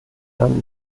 dann